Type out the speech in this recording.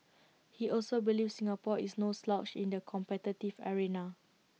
he also believes Singapore is no slouch in the competitive arena